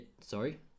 sorry